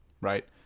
right